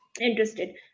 interested